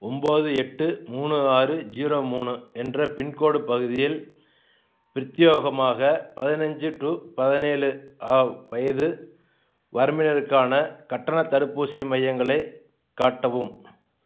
ஒம்பது எட்டு மூணு ஆறு ஜீரோ மூணு என்ற பின்கோடு பகுதியில் பிரத்யோகமாக பதினஞ்சு டூ பதினேழு ஆவ் வயது வரம்பினருக்கான கட்டணத் தடுப்பூசி மையங்களை காட்டவும்